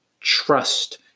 trust